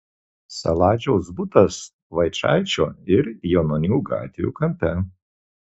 saladžiaus butas vaičaičio ir janonių gatvių kampe